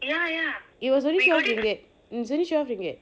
it was only twelve ringgit it was only twelve ringgit